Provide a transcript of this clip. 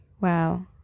Wow